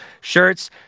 shirts